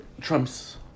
Trump's